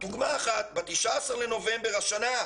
אני נותן דוגמה אחת מהמכתב: ב-19 בנובמבר השנה,